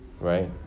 right